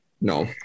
No